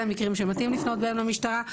אלא מקרים שמתאים לפנות בהם למשטרה.